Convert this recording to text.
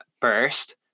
burst